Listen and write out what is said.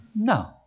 No